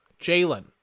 Jalen